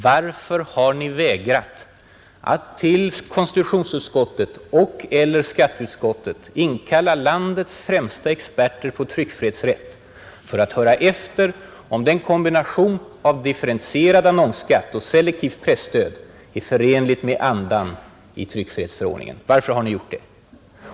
Varför har ni vägrat att till konstitutionsutskottet och/eller skatteutskottet inkalla landets främsta experter på tryckfrihetsrätt för att höra efter om en kombination av differentierad annonsskatt och selektivt presstöd är förenlig med andan i tryckfrihetsförordningen? Varför har ni gjort det?